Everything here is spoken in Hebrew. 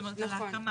זאת אומרת על ההסכמה.